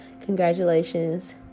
Congratulations